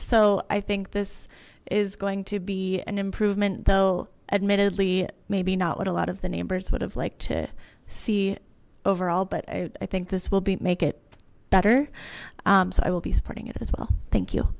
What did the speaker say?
so i think this is going to be an improvement though admittedly maybe not what a lot of the neighbors would have liked to see overall but i think this will be make it better so i will be supporting it as well thank you